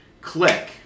click